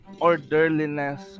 Orderliness